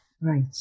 Right